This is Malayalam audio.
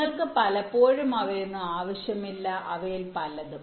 നിങ്ങൾക്ക് പലപ്പോഴും അവയൊന്നും ആവശ്യമില്ല അവയിൽ പലതും